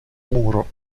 muro